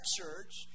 church